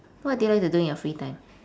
what do you like to do in your free time